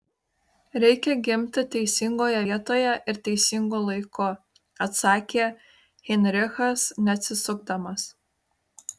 reikia gimti teisingoje vietoje ir teisingu laiku atsakė heinrichas neatsisukdamas